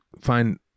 find